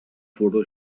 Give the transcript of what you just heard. photo